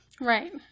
Right